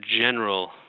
general